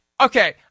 Okay